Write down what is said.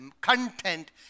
content